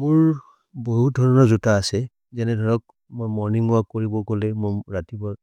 म्ôर् बहुत् धर्न जुत असे, जने धरक् म्ôर् मोर्निन्ग् वोर्क् करिबोकोले म्ôर् रतिबर्,